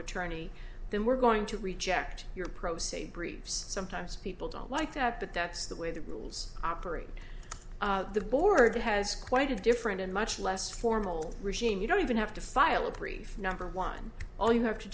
attorney then we're going to reject your pro se groups sometimes people don't like that but that's the way the rules operate the board has quite a different and much less formal regime you don't even have to file a brief number one all you have to